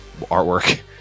artwork